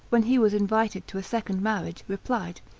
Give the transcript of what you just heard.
when he was invited to a second marriage, replied,